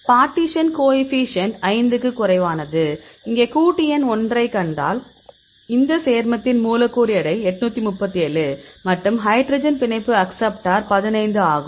partition coefficient 5 க்கும் குறைவானது இங்கே கூட்டு எண் 1 ஐக் கண்டால் இந்த சேர்மத்தின் மூலக்கூறு எடை 837 மற்றும் ஹைட்ரஜன் பிணைப்பு அக்சப்ட்டார் 15 ஆகும்